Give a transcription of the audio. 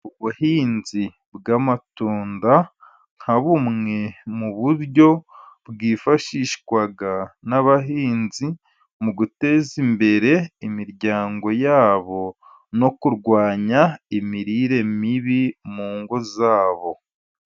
Ubuhinzi bw'amatunda, nka bumwe mu buryo bwifashishwa n'abahinzi, mu guteza imbere imiryango yabo no kurwanya imirire mibi mu ngo zabo.